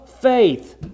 faith